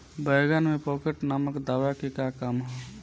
बैंगन में पॉकेट नामक दवा के का काम ह?